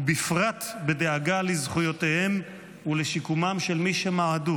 ובפרט בדאגה לזכויותיהם ולשיקומם של מי שמעדו